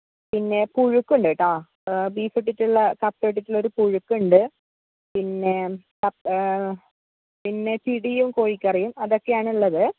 പിന്നെ പുഴുക്കുണ്ട് കേട്ടോ ബീഫ് ഇട്ടിട്ടുള്ള കപ്പ ഇട്ടിട്ടുള്ള ഒരു പുഴുക്കുണ്ട് പിന്നെ പിന്നെ കപ്പ് പിന്നെ പിടിയും കോഴിക്കറിയും അതൊക്കെയാണ് ഉള്ളത്